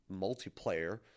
multiplayer